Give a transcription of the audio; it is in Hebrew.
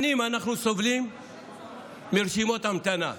שנים אנחנו סובלים מרשימות המתנה.